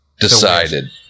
decided